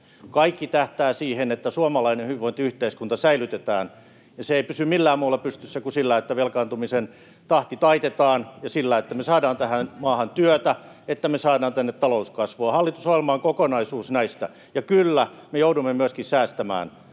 Kaikki tähtää siihen, että suomalainen hyvinvointiyhteiskunta säilytetään, ja se ei pysy millään muulla pystyssä kuin sillä, että velkaantumisen tahti taitetaan, ja sillä, että me saadaan tähän maahan työtä, että me saadaan tänne talouskasvua. Hallitusohjelma on kokonaisuus näistä. Ja kyllä, me joudumme myöskin säästämään,